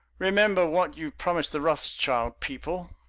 remember what you promised the rothschild people.